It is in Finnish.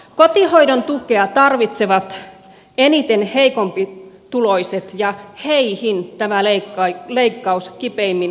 kotihoidon tukea tarvitsevat eniten heikompituloiset ja heihin tämä leikkaus kipeimmin kolahtaa